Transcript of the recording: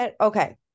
Okay